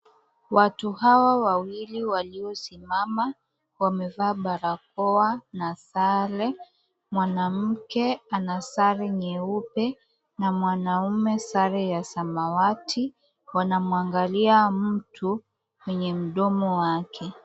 Watu hawa wawili waliosimama, wamevaa barakoa na sare. Mwanamke ana sare nyeupe na mwanaume sare ya samawati, wanamwangalia mtu kwenye mdomo wake.